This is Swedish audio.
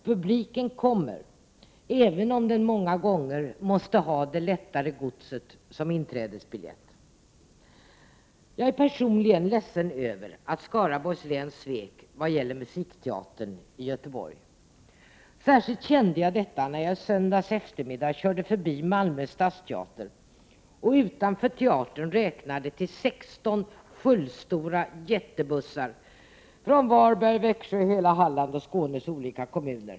Publiken kommer, även om den många gånger måste ha det lättare godset som inträdesbiljett. Jag är personligen ledsen över att Skaraborgs län svek i vad gäller musikteatern i Göteborg. Särskilt kände jag detta när jag i söndags körde förbi Malmö stadsteater och utanför teatern räknade till 16 jättebussar från Varberg, Växjö, hela Halland och Skånes olika kommuner.